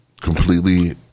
completely